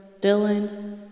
Dylan